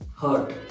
hurt